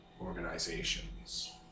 organizations